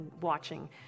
watching